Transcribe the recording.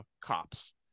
cops